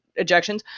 ejections